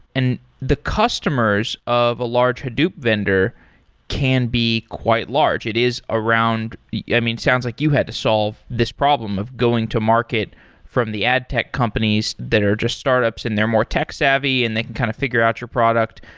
and the customers of a large hadoop vendor can be quite large. it is around i mean, it sounds like you had to solve this problem of going to market from the ad tech companies that are just startups and they're more tech savvy and they can kind of figure out your product.